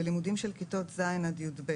ולימודים של כיתות ז' עד י"ב